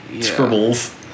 scribbles